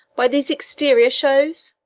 by these exterior shows?